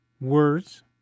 words